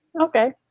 Okay